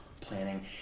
planning